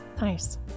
Nice